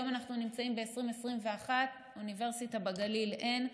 היום אנחנו נמצאים ב-2021, ואוניברסיטה בגליל אין.